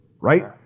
right